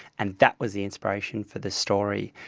and that was the inspiration for this story.